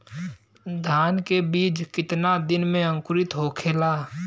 धान के बिज कितना दिन में अंकुरित होखेला?